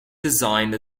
designed